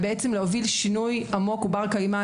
המטרה היא להוביל שינוי עמוק ובר קיימא.